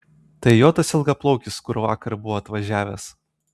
tai jo tas ilgaplaukis kur vakar buvo atvažiavęs